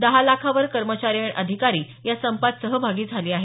दहा लाखांवर कर्मचारी आणि अधिकारी या संपात सहभागी झाले आहेत